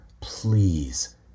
please